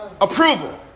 Approval